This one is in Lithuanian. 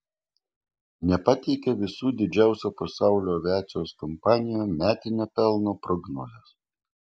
nepakeitė visų didžiausių pasaulio aviacijos kompanijų metinio pelno prognozės